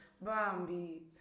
Bambi